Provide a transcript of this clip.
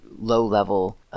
low-level